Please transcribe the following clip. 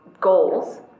goals